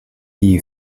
you